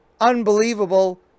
Unbelievable